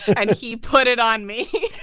and he put it on me